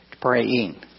praying